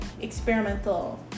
experimental